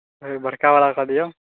बड़कावला कऽ दियौ